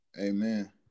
Amen